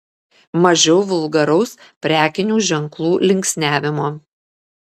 mažiau vulgaraus prekinių ženklų linksniavimo